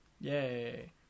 Yay